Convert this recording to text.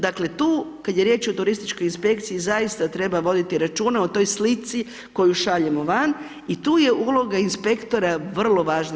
Dakle, tu kad je riječ o turističkoj inspekciji zaista treba voditi računa o toj slici koju šaljemo van i tu je uloga inspektora vrlo važna.